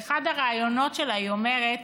באחד הראיונות שלה היא אומרת: